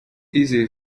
easy